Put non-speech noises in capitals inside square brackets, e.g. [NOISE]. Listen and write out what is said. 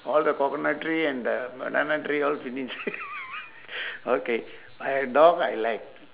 all the coconut tree and the banana tree all finish [LAUGHS] okay my dog I like